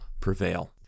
prevail